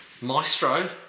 maestro